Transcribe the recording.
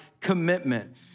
commitment